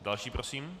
Další prosím.